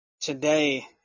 Today